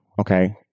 okay